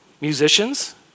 musicians